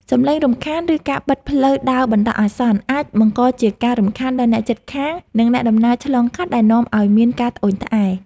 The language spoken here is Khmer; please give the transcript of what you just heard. សំឡេងរំខាន ឬការបិទផ្លូវដើរបណ្ដោះអាសន្ន អាចបង្កជាការរំខានដល់អ្នកជិតខាង និងអ្នកដំណើរឆ្លងកាត់ដែលនាំឱ្យមានការត្អូញត្អែរ។